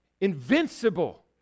invincible